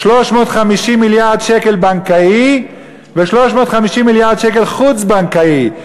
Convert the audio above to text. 350 מיליארד שקל בנקאי ו-350 מיליארד שקל חוץ-בנקאי,